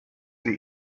sie